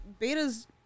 betas